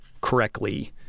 correctly